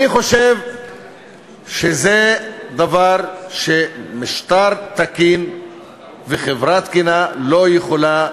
אני חושב שזה דבר שמשטר תקין וחברה תקינה לא יכולים לסבול,